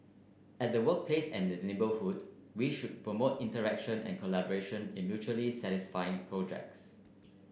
at the workplace and the neighbourhoods we should promote interaction and collaboration in mutually satisfying projects